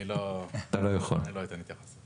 אני לא אתן התייחסות.